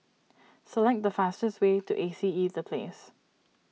select the fastest way to A C E the Place